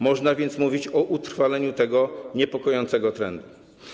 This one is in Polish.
Można więc mówić o utrwaleniu tego niepokojącego trendu.